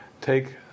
take